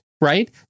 right